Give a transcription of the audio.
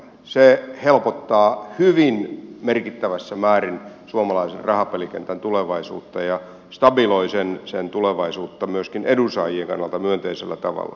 se helpottaa hyvin merkittävässä määrin suomalaisen rahapelikentän tulevaisuutta ja stabiloi sen tulevaisuutta myöskin edunsaajien kannalta myönteisellä tavalla